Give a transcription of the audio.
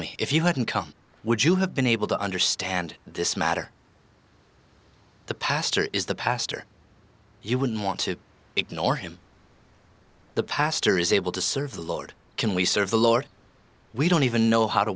me if you hadn't come would you have been able to understand this matter the pastor is the pastor you would want to ignore him the pastor is able to serve the lord can we serve the lord we don't even know how to